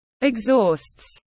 exhausts